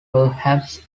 perhaps